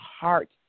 heart